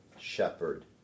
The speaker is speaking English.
shepherd